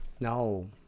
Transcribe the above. No